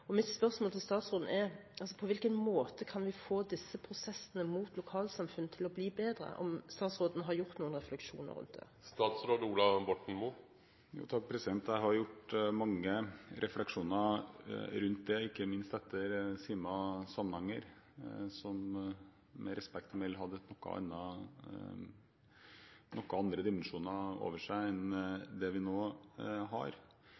sakene. Mitt spørsmål til statsråden blir: På hvilken måte kan vi få disse prosessene med hensyn til lokalsamfunn til å bli bedre? Har statsråden gjort seg noen refleksjoner om det? Jeg har gjort meg mange refleksjoner rundt det, ikke minst etter Sima–Samnanger, som med respekt å melde hadde noen andre dimensjoner over seg enn